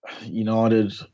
United